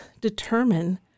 determine